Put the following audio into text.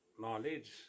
knowledge